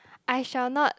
I shall not